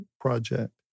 project